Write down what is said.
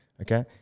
okay